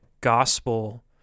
gospel